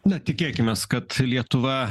na tikėkimės kad lietuva